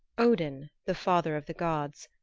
odin, the father of the gods,